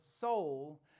soul